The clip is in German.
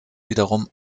wiederum